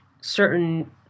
certain